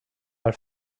are